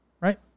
right